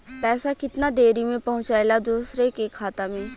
पैसा कितना देरी मे पहुंचयला दोसरा के खाता मे?